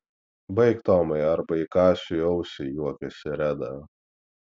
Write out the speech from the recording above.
baik tomai arba įkąsiu į ausį juokėsi reda